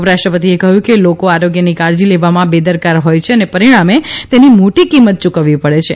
ઉપરાષ્ટ્રપતિએ કહયું કે લોકો આરોગ્યની કાળજી લેવામાં બેદરકાર હોય છે અને પરીણામે તેની મોટી કિંમત યુકવવી પડે છે